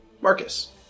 Marcus